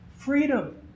Freedom